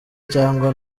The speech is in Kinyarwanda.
cyangwa